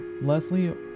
Leslie